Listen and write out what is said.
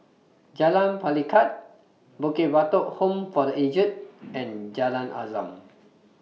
Jalan Pelikat Bukit Batok Home For The Aged and Jalan Azam